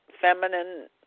feminine